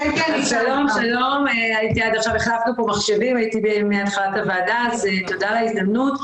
שלום ותודה על ההזדמנות.